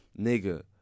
nigga